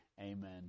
Amen